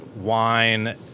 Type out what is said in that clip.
wine